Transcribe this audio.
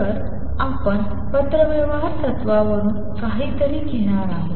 तर आपण पत्रव्यवहार तत्त्वावरून काहीतरी घेणार आहोत